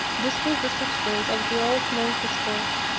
this was the substance of the old man's discourse.